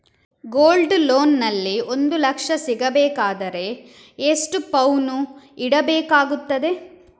Gold loan ನಲ್ಲಿ ಒಂದು ಲಕ್ಷ ಸಿಗಬೇಕಾದರೆ ಎಷ್ಟು ಪೌನು ಇಡಬೇಕಾಗುತ್ತದೆ?